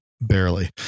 barely